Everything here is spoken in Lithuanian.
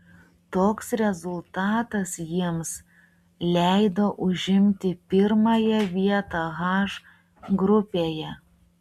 toks rezultatas jiems leido užimti pirmąją vietą h grupėje